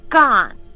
gone